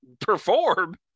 perform